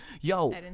Yo